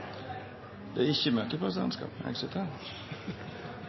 Det er ikkje